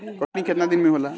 कटनी केतना दिन मे होला?